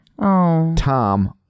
Tom